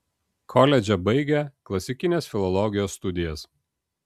koledže baigė klasikinės filologijos studijas